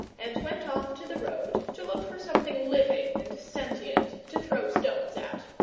and went off to the road to look for something living and sentient to throw stones at.